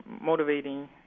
motivating